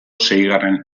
seigarren